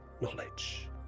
knowledge